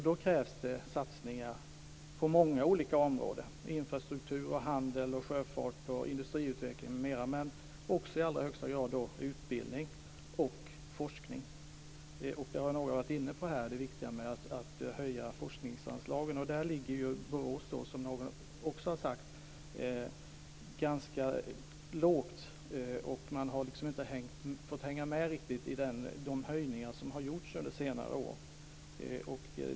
Då krävs det satsningar på många olika områden - men i allra högsta grad också på utbildning och forskning. Några talare har varit inne på vikten av att höja forskningsanslagen. Som någon sagt ligger Borås därvidlag ganska lågt. Man har där inte riktigt följt med i de höjningar som har gjorts under senare år.